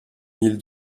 mille